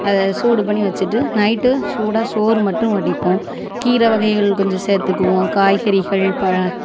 அதை சூடு பண்ணி வச்சிட்டு நைட்டு சூடாக சோறு மட்டும் வடிப்போம் கீரை வகைகள் கொஞ்சம் சேர்த்துக்குவோம் காய்கறிகள் பழ